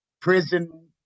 prison